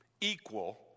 equal